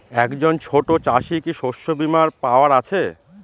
একজন ছোট চাষি কি শস্যবিমার পাওয়ার আছে?